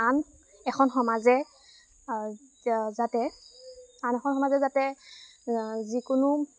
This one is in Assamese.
আন এখন সমাজে যাতে আন এখন সমাজে যাতে যিকোনো